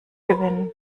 gewinnen